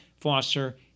foster